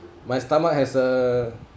my stomach has a